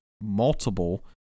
multiple